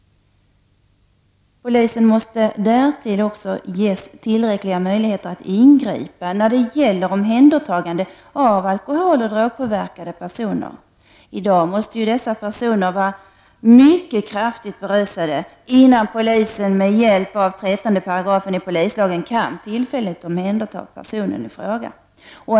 Polisen måste också ges tillräckliga möjligheter att ingripa när det gäller omhändertagande av alkoholoch drogpåverkade personer. I dag måste dessa personer vara mycket kraftigt berusade, innan polisen med hjälp av 13 § polislagen kan tillfälligt omhänderta vederbörande.